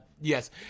yes